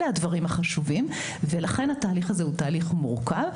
אלה הדברים החשובים ולכן התהליך הזה הוא תהליך מורכב.